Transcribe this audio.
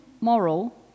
moral